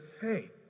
hey